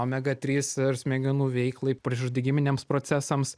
omega trys ir smegenų veiklai priešuždegiminiems procesams